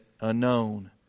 unknown